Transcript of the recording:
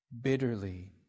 bitterly